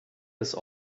des